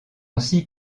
aussi